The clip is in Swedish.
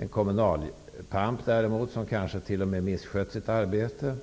En kommunalpamp däremot, som kanske t.o.m. misskött sitt arbete,